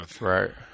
right